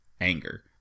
Anger